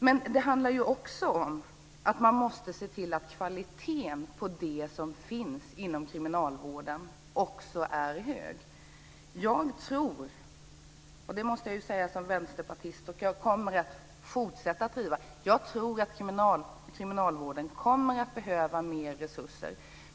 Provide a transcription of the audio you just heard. Men det handlar också om att man måste se till att kvaliteten på det som finns inom kriminalvården också är hög. Som vänsterpartist måste jag säga att jag tror, vilket jag kommer att fortsätta att driva, att kriminalvården kommer att behöva mer resurser.